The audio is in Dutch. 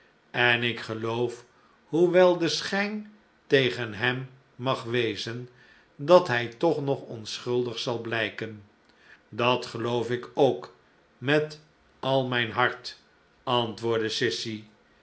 en ik geloof hoewel de schijn tegen hem mag wezen dat hij toch nog onschuldig zal blijken dat geloof ik ook met al mijn hart antwoordde sissy